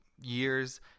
years